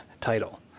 title